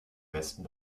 westen